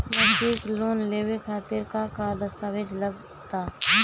मसीक लोन लेवे खातिर का का दास्तावेज लग ता?